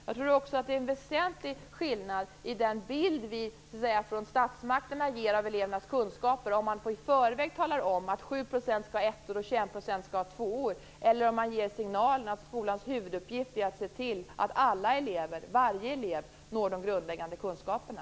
Jag tror också att det är en väsentlig skillnad i den bild vi så att säga från statsmakterna ger av elevernas kunskaper om man på förväg talar om att 7 % skall ha ettor och 21 % skall ha tvåor i betyg eller om man ger signaler om att skolans huvuduppgift är att se till att varje elev når de grundläggande kunskaperna.